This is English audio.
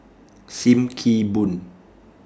SIM Kee Boon